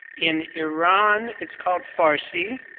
in iran it's called farsi.